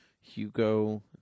Hugo